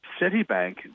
Citibank